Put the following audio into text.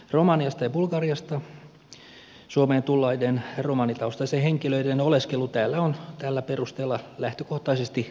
romaniasta ja bulgariasta suomeen tulleiden romanitaustaisen henkilöiden oleskelu täällä on tällä perusteella lähtökohtaisesti luvallista